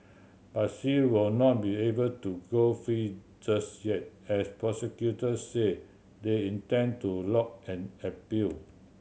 but she will not be able to go free just yet as prosecutors said they intend to lodge an appeal